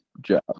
job